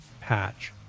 patch